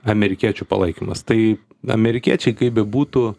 amerikiečių palaikymas tai amerikiečiai kaip bebūtų